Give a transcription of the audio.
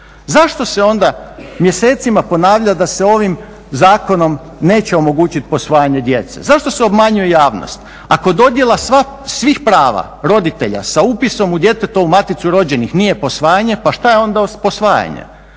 Zašto se onda mjesecima ponavlja da se ovim zakonom neće omogućiti posvajanje djece? Zašto se obmanjuje javnost? Ako dodjela svih prava roditelja sa upisom u djetetovu maticu rođenih nije posvajanje pa što je onda posvajanje?